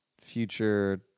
future